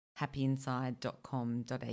happyinside.com.au